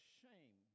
shame